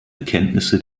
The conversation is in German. erkenntnisse